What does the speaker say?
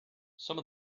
some